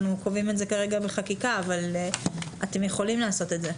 אנחנו קובעים את זה כרגע בחקיקה אבל אתם יכולים לעשות את זה.